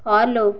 follow